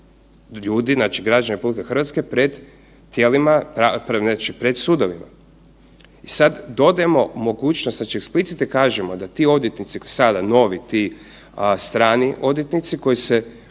ljudi, znači građana RH pred tijelima, znači pred sudovima. I sad dodajemo mogućnost, znači eksplicitno kažemo da ti odvjetnici sada, novi, ti strani odvjetnici koji se